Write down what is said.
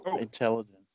intelligence